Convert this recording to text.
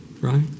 right